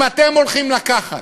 אם אתם הולכים לקחת